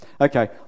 okay